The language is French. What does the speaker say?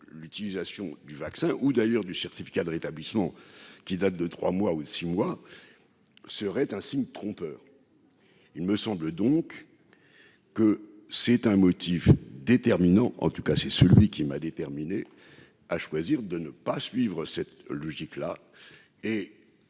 l'utilisation du vaccin ou d'ailleurs du certificat de rétablissement qui date de 3 mois ou 6 mois serait un signe trompeur, il me semble donc que c'est un motif déterminant en tout cas c'est celui qui m'a déterminé à choisir de ne pas suivre cette logique-là, et